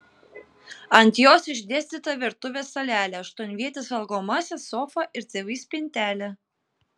ant jos išdėstyta virtuvės salelė aštuonvietis valgomasis sofa ir tv spintelė